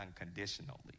unconditionally